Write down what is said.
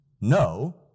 no